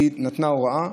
נתנה הוראה,